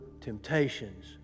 temptations